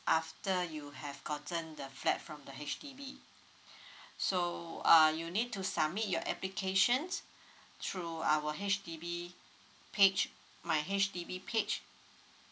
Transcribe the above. after you have gotten the flat from the H_D_B so uh you'll need to submit your applications through our H_D_B page my H_D_B page